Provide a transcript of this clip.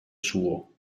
suo